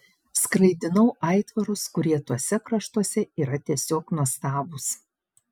skraidinau aitvarus kurie tuose kraštuose yra tiesiog nuostabūs